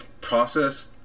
process